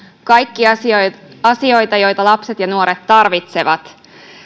kaikki asioita joita lapset ja nuoret tarvitsevat